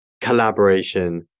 collaboration